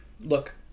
Look